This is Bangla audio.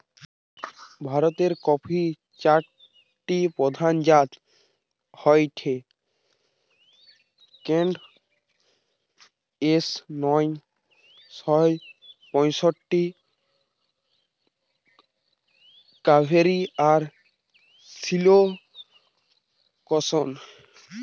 ভারতের কফির চারটি প্রধান জাত হয়ঠে কেন্ট, এস নয় শ পয়ষট্টি, কাভেরি আর সিলেকশন